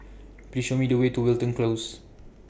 Please Show Me The Way to Wilton Close